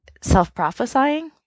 self-prophesying